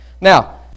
Now